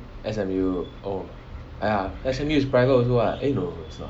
S_M_U oh ya S_M_U is private also [what] eh no it's not